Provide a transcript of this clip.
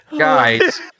Guys